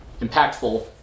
impactful